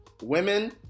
Women